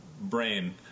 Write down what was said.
brain